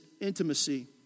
intimacy